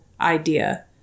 idea